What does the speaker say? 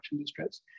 distress